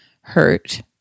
hurt